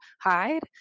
hide